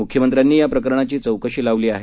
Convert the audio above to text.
मुख्यमंत्र्यांनी या प्रकरणाची चौकशी लावली आहे